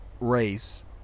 race